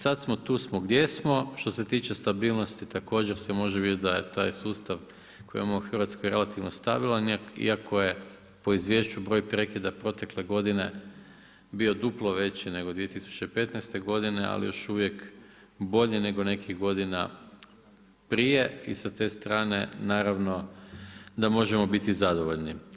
Sada smo tu smo gdje smo, što se tiče stabilnosti također se može vidjeti da taj sustav koji imamo u Hrvatskoj relativno stabilan iako je po izvješću broj prekida protekle godine bio duplo veći nego 2015. godine, ali još uvijek bolji nego nekih godina prije i sa te strane naravno da možemo biti zadovoljni.